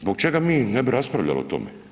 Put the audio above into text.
Zbog čega mi ne bi raspravljali o tome?